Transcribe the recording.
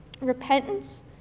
Repentance